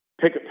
pick